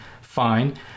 fine